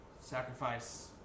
sacrifice